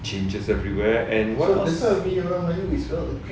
changes everywhere